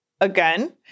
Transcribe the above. again